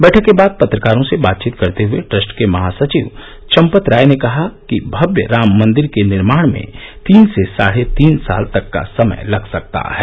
बैठक के बाद पत्रकारों से बातचीत करते हुए ट्रस्ट के महासचिव चंपत राय ने कहा कि भव्य राम मंदिर के निर्माण में तीन से साढ़े तीन साल तक का समय लग सकता है